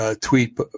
tweet